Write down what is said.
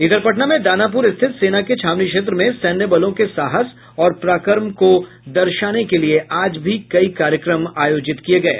इधर पटना में दानापुर स्थित सेना के छावनी क्षेत्र में सैन्य बलों के साहस और पराक्रम को दर्शाने के लिये आज भी कई कार्यक्रम आयोजित किये गये